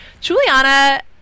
Juliana